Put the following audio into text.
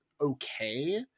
okay